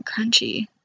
crunchy